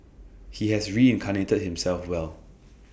he has reincarnated himself well